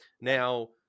Now